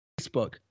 Facebook